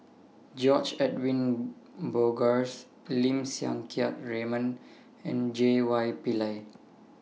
George Edwin Bogaars Lim Siang Keat Raymond and J Y Pillay